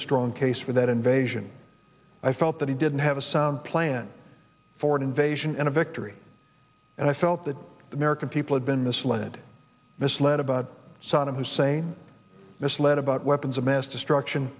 a strong case for that invasion i felt that he didn't have a sound plan for an invasion and a victory and i felt that the american people had been misled misled about saddam hussein misled about weapons of mass destruction